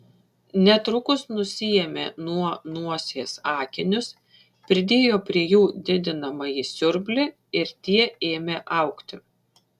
netrukus nusiėmė nuo nosies akinius pridėjo prie jų didinamąjį siurblį ir tie ėmė augti